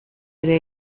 ere